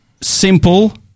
simple